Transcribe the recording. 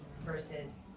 versus